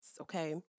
okay